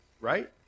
right